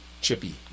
Chippy